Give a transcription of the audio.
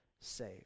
save